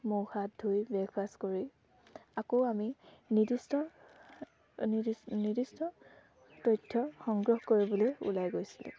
মুখ হাত ধুই ব্ৰেকফাষ্ট কৰি আকৌ আমি নিৰ্দিষ্ট নিৰ্দিষ্ট তথ্য সংগ্ৰহ কৰিবলৈ ওলাই গৈছিলোঁ